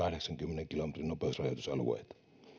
kahdeksankymmenen kilometrin nopeusrajoitusalueet